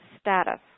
status